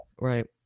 Right